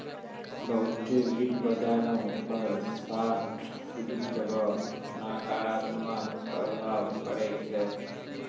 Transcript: बहुते वित्त बाजारो पर शार्ट वित्त रो नकारात्मक प्रभाव पड़ै छै